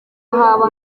haba